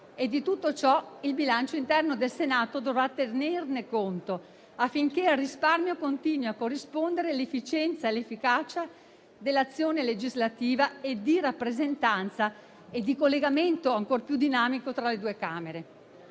E di tutto ciò il bilancio interno del Senato dovrà tener conto, affinché al risparmio continuino a corrispondere l'efficienza e l'efficacia dell'azione legislativa, nonché di rappresentanza e di collegamento ancor più dinamico tra le due Camere.